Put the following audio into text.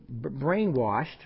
brainwashed